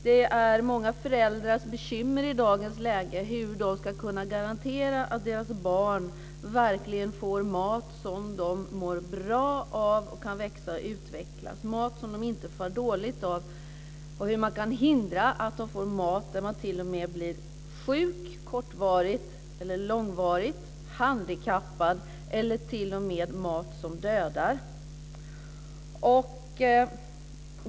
Det är många föräldrars bekymmer i dagens läge hur de ska kunna garantera att deras barn verkligen får mat som de mår bra av och som de kan växa och utvecklas av, att de får mat som de inte mår dåligt av, och hur man kan hindra att de får mat som de t.o.m. blir sjuka av kortvarigt eller långvarigt, mat som de blir handikappade av eller t.o.m. mat som dödar.